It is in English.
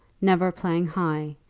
never playing high,